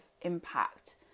impact